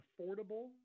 affordable